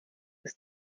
ist